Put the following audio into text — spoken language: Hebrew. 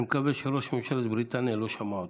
אני מקווה שראש ממשלת בריטניה לא שמע אותו.